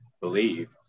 believe